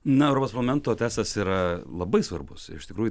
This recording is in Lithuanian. na europos parlamento testas yra labai svarbus ir iš tikrųjų